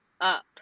up